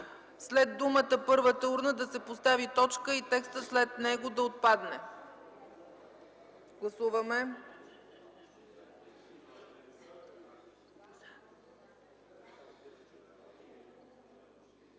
след думите „първата урна” да се постави точка и текстът след него да отпадне. Гласували